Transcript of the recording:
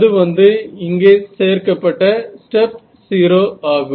அது வந்து இங்கே சேர்க்கப்பட்ட ஸ்டெப் 0 ஆகும்